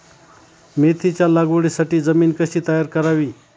मेथीच्या लागवडीसाठी जमीन कशी तयार करावी?